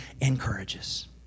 encourages